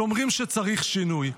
שאומרים שצריך שינוי.